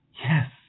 Yes